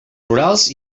rurals